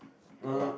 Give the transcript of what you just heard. about